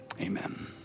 Amen